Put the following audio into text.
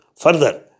Further